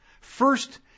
first